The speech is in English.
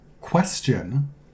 question